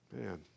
man